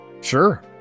Sure